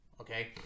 Okay